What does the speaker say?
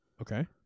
Okay